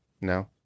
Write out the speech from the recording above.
No